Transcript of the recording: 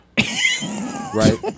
Right